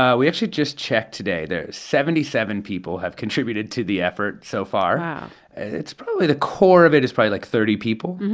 we actually just checked today. there are seventy seven people have contributed to the effort so far wow it's probably the core of it is probably, like, thirty people.